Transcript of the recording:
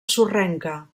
sorrenca